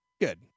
Good